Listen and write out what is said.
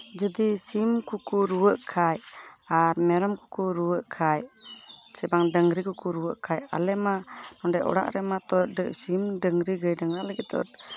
ᱡᱩᱫᱤ ᱥᱤᱢ ᱠᱚᱠᱚ ᱨᱩᱣᱟᱹᱜ ᱠᱷᱟᱡ ᱟᱨ ᱢᱮᱨᱚᱢ ᱠᱚᱠᱚ ᱨᱩᱣᱟᱹᱜ ᱠᱷᱟᱡ ᱥᱮ ᱵᱟᱝ ᱰᱟᱝᱨᱤ ᱠᱚᱠᱚ ᱨᱩᱣᱟᱹᱜ ᱠᱷᱟᱡ ᱟᱞᱮ ᱢᱟ ᱚᱸᱰᱮ ᱚᱲᱟᱜ ᱨᱮᱢᱟ ᱛᱚ ᱥᱤᱢ ᱰᱟᱝᱨᱤ ᱨᱮ ᱰᱟᱝᱨᱟ ᱞᱟᱹᱜᱤᱫ ᱫᱚ